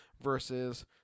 versus